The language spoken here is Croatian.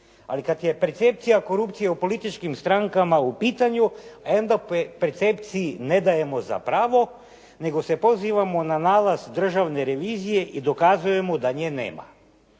Ali kada je percepcija korupcije u političkim strankama u pitanju, onda percepciji ne dajemo za pravo nego se pozivamo na nalaz Državne revizije i dokazujemo da nje nema.